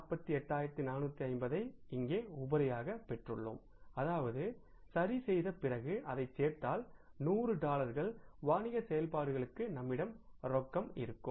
48450 ஐ இங்கு உபரியாக பெற்றுள்ளோம் அதாவது சரிசெய்த பிறகு அதைச் சேர்த்தால் 100 டாலர்கள் வாணிக செயல்பாடுகளுக்கு நம்மிடம் ரொக்கமாக இருக்கும்